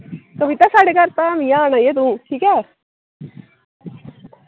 कविता साढ़े घर धाम ई आना ई तू